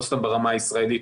לא סתם ברמה הישראלית,